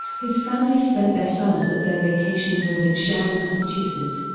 his family spent their summers at their vacation home in sharon, massachusetts.